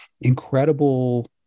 incredible